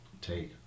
take